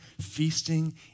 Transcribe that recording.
feasting